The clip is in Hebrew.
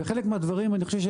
וחלק מהדברים שנאמרים פה,